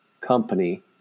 company